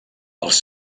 els